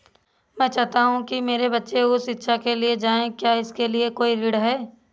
मैं चाहता हूँ कि मेरे बच्चे उच्च शिक्षा के लिए जाएं क्या इसके लिए कोई ऋण है?